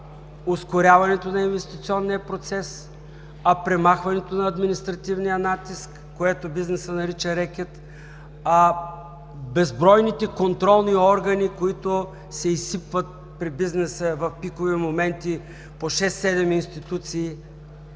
ускоряването на инвестиционния процес, а премахването на административния натиск, което бизнесът нарича „рекет“, а безбройните контролни органи, които се изсипват при бизнеса в пикови моменти по шест,